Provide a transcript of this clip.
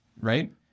right